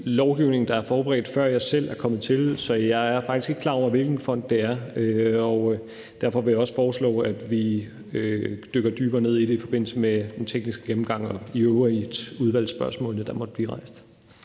lovgivning, der er blevet forberedt, før jeg selv er kommet til, så jeg er faktisk ikke klar over, hvilken fond det er. Derfor vil jeg også foreslå, at vi dykker dybere ned i det i forbindelse med den tekniske gennemgang og de øvrige udvalgsspørgsmål, der måtte blive stillet.